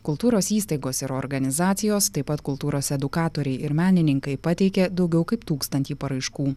kultūros įstaigos ir organizacijos taip pat kultūros edukatoriai ir menininkai pateikė daugiau kaip tūkstantį paraiškų